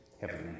heavenly